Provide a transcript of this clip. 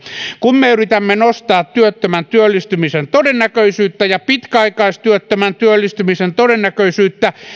kun me yritämme nostaa työttömän työllistymisen todennäköisyyttä ja pitkäaikaistyöttömän työllistymisen todennäköisyyttä